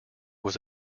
was